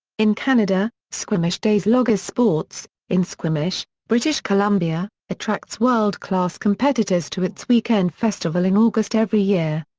in canada, squamish days loggers sports, in squamish, british columbia, attracts world class competitors to its weekend festival in august every year.